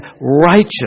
righteous